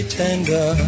tender